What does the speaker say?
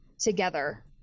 together